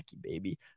baby